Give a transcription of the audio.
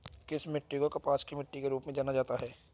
किस मिट्टी को कपास की मिट्टी के रूप में जाना जाता है?